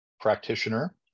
practitioner